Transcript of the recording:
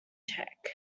check